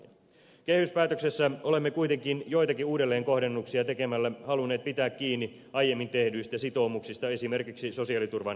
kehyspäätöksessä olemme kuitenkin joitakin uudelleenkohdennuksia tekemällä halunneet pitää kiinni aiemmin tehdyistä sitoumuksista esimerkiksi sosiaaliturvan parantamisesta